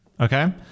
Okay